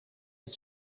het